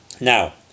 Now